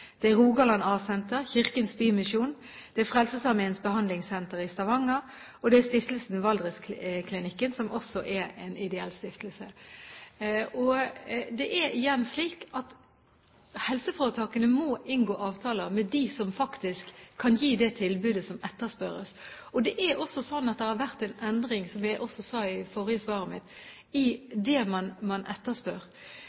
det er Rogaland A-senter, Kirkens Bymisjon, det er Frelsesarmeens behandlingssenter i Stavanger, og det er stiftelsen Valdresklinikken, som også er en ideell stiftelse. Det er – igjen – slik at helseforetakene må inngå avtaler med dem som faktisk kan gi det tilbudet som etterspørres. Og det har også vært en endring, som jeg sa i det forrige svaret mitt, i